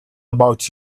about